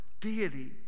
deity